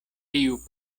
tiu